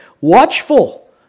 watchful